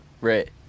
Right